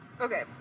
Okay